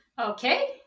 Okay